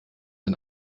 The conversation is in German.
ein